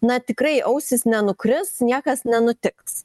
na tikrai ausys nenukris niekas nenutiks